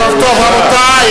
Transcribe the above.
איזו בדיחה.